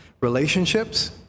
Relationships